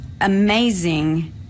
amazing